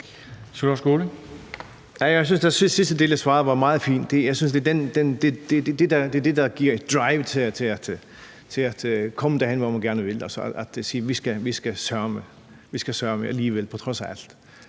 Jeg synes, at den sidste del af svaret var meget fint. Det er det, der giver et drive til at komme derhen, hvor man gerne vil, altså at sige, at det skal man søreme på trods af alt.